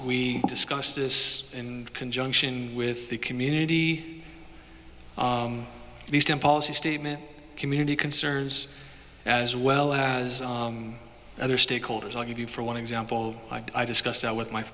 we discuss this in conjunction with the community the stem policy statement community concern as well as other stakeholders i'll give you for one example i discussed that with my